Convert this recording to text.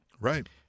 right